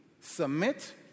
submit